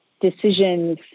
decisions